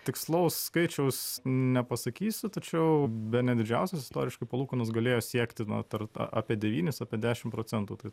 tikslaus skaičiaus nepasakysiu tačiau bene didžiausios istoriškai palūkanos galėjo siekti na tar apie devynis apie dešim procentų tai